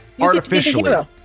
Artificially